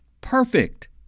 perfect